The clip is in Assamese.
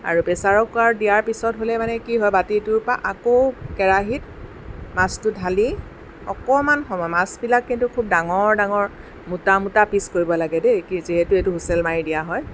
আৰু প্ৰেছাৰ কুকাৰত দিয়াৰ পিছত হ'লে মানে কি হয় বাতিটোৰ পৰা আকৌ কেৰাহীত মাছটো ঢালি অকণমান সময় মাছবিলাক কিন্তু খুব ডাঙৰ ডাঙৰ মোটা মোটা পিছ কৰিব লাগে দেই যিহেতু এইটো হুইচেল মাৰি দিয়া হয়